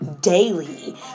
daily